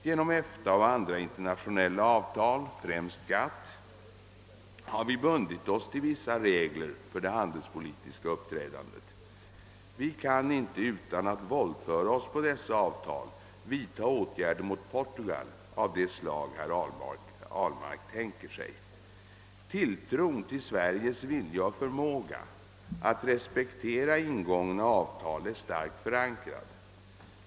Genom EFTA och andra internationella avtal, främst GATT, har vi bundit oss till vissa regler för det handelspolitiska uppträdandet. Vi kan inte utan att våldföra oss på dessa avtal vidta åtgärder mot Portugal av det slag som herr Ahlmark tänker sig. Tilltron till Sveriges vilja och förmåga att respektera ingångna avtal är starkt förankrad.